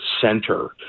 center